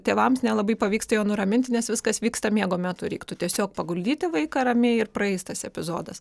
tėvams nelabai pavyksta jo nuraminti nes viskas vyksta miego metu reiktų tiesiog paguldyti vaiką ramiai ir praeis tas epizodas